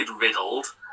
riddled